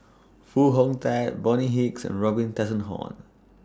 Foo Hong Tatt Bonny Hicks and Robin Tessensohn